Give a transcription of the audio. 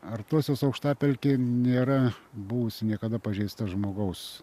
artosios aukštapelkė nėra buvusi niekada pažeista žmogaus